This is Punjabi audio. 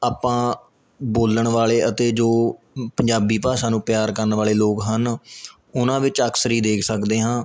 ਆਪਾਂ ਬੋਲਣ ਵਾਲੇ ਅਤੇ ਜੋ ਪੰਜਾਬੀ ਭਾਸ਼ਾ ਨੂੰ ਪਿਆਰ ਕਰਨ ਵਾਲੇ ਲੋਕ ਹਨ ਉਹਨਾਂ ਵਿੱਚ ਅਕਸਰ ਹੀ ਦੇਖ ਸਕਦੇ ਹਾਂ